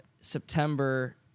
september